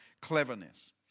cleverness